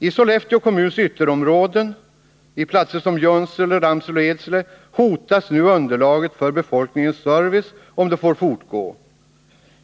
I Sollefteå kommuns ytterområden — på platser som Junsele, Ramsele och Edsele — hotas nu underlaget för befolkningens service om detta får fortgå.